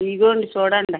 ఇదిగోండి చూడండి